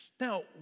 Now